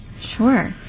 Sure